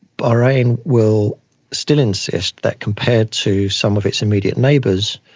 bahrain will still insist that compared to some of its immediate neighbours,